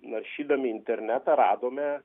naršydami internetą radome